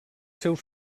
seus